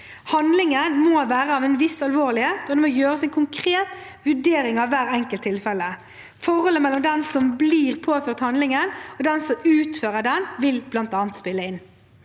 Handlingen må være av en viss alvorlighet, og det må gjøres en konkret vurdering av hvert enkelt tilfelle. Forholdet mellom den som blir påført handlingen, og den som utfører den, vil bl.a. spille inn.